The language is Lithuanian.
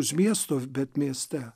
už miesto bet mieste